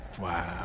Wow